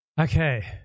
Okay